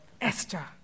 Esther